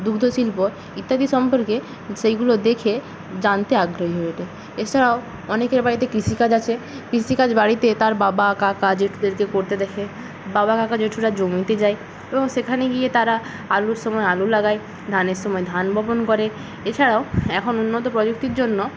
দুগ্ধ শিল্প ইত্যাদি সম্পর্কে সেইগুলো দেখে জানতে আগ্রহী হয়ে ওঠে এছাড়াও অনেকের বাড়িতে কৃষিকাজ আছে কৃষিকাজ বাড়িতে তার বাবা কাকা জেঠুদেরকে করতে দেখে বাবা কাকা জেঠুরা জমিতে যায় এবং সেখানে গিয়ে তারা আলুর সময় আলু লাগায় ধানের সময় ধান বপন করে এছাড়াও এখন উন্নত প্রযুক্তির জন্য